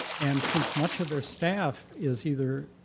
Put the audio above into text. and since much of their staff is either